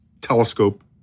telescope